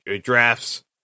drafts